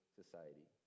society